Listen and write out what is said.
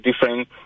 different